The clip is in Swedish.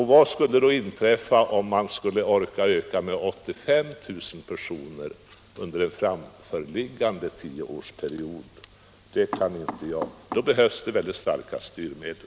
Vad skulle då inträffa om man skulle orka öka med 85 000 personer under en framförliggande tioårsperiod? Om detta skall ske behövs det väldigt starka styrmedel.